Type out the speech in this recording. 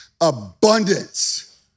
abundance